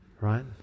Right